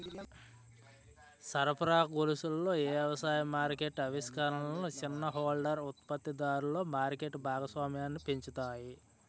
సరఫరా గొలుసులలో ఏ వ్యవసాయ మార్కెట్ ఆవిష్కరణలు చిన్న హోల్డర్ ఉత్పత్తిదారులలో మార్కెట్ భాగస్వామ్యాన్ని పెంచుతాయి?